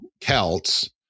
Celts